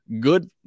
good